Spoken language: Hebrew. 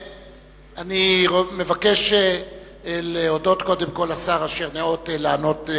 אני מבקש להודות קודם לשר אשר ניאות לענות על